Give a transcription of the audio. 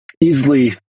easily